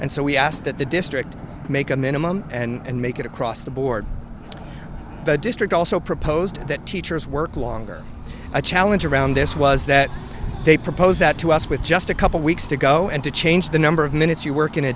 and so we asked that the district make a minimum and make it across the board the district also proposed that teachers work longer a challenge around this was that they proposed that to us with just a couple weeks to go and to change the number of minutes you work in a